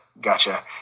Gotcha